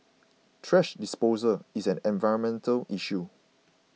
thrash disposal is an environmental issue